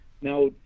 now